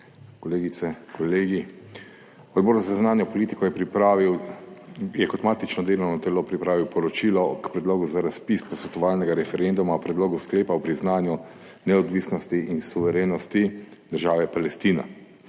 kolegice, kolegi! Odbor za zunanjo politiko je kot matično delovno telo pripravil poročilo k Predlogu za razpis posvetovalnega referenduma o Predlogu sklepa o priznanju neodvisnosti in suverenosti države Palestina.